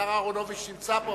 השר אהרונוביץ נמצא כאן.